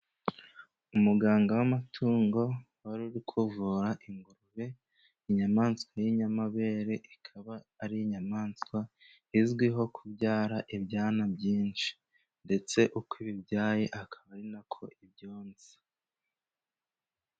Umuganga w'amatungo waruri kuvura ingurube, inyamaswa y'inyamabere ikaba ari inyamaswa izwiho kubyara ibyana byinshi ndetse uko ibibyaye akaba ari nako ibyonsa.